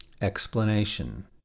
Explanation